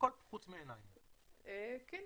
תודה